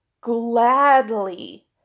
gladly